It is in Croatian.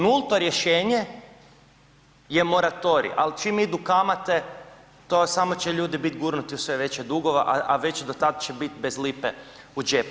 Nulto rješenje je moratorij, ali čim idu kamate to je samo će ljudi biti gurnuti u sve veće dugove, a već do tada će biti bez lipe u džepu.